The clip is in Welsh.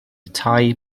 tai